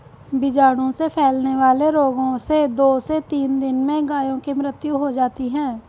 बीजाणु से फैलने वाले रोगों से दो से तीन दिन में गायों की मृत्यु हो जाती है